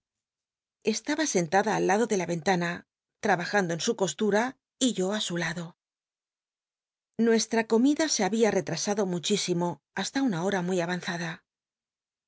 da vid copperfield lado ele la ventana trabajando en su coslma y yo a su lado nuestra comida se ba bia retrasado muchísimo hasta una hora muy avanzada